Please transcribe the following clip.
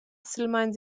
silmeins